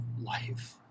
life